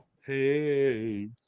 Hey